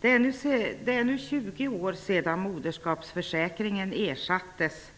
Det är nu 20 år sedan moderskapsförsäkringen ersattes